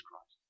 Christ